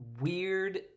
weird